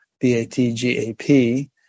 B-A-T-G-A-P